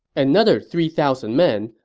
another three thousand men,